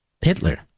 Hitler